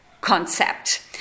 concept